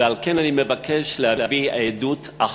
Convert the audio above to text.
ועל כן אני מבקש להביא עדות אחת,